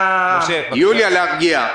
יוליה, להרגיע.